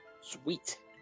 Sweet